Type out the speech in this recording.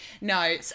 No